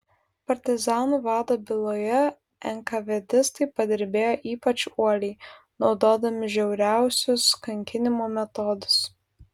partizanų vado byloje enkavėdistai padirbėjo ypač uoliai naudodami žiauriausius kankinimo metodus